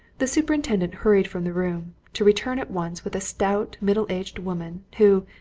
the superintendent hurried from the room to return at once with a stout, middle-aged woman, who,